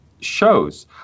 shows